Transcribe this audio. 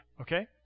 okay